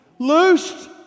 Loosed